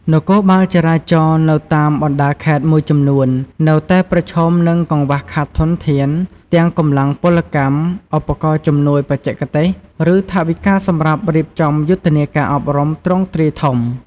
នគរបាលចរាចរណ៍នៅតាមបណ្ដាខេត្តមួយចំនួននៅតែប្រឈមនឹង កង្វះខាតធនធាន ទាំងកម្លាំងពលកម្ម ឧបករណ៍ជំនួយបច្ចេកទេស ឬថវិកាសម្រាប់រៀបចំយុទ្ធនាការអប់រំទ្រង់ទ្រាយធំ។